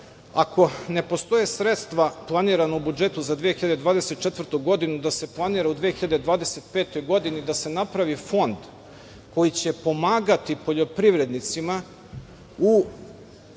ako ne postoje sredstva planirana u budžetu za 2024. godinu da se planira u 2025. godini da se napravi fond koji će pomagati poljoprivrednicima u